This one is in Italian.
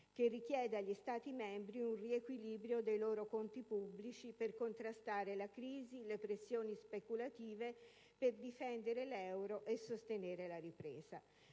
che richiede agli Stati membri un riequilibrio dei loro conti pubblici per contrastare la crisi, le pressioni speculative, per difendere l'euro e sostenere la ripresa.